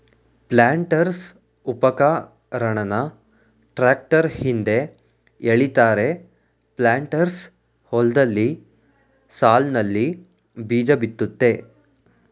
ಪ್ಲಾಂಟರ್ಸ್ಉಪಕರಣನ tractor ಹಿಂದೆ ಎಳಿತಾರೆ planters ಹೊಲ್ದಲ್ಲಿ ಸಾಲ್ನಲ್ಲಿ ಬೀಜಬಿತ್ತುತ್ತೆ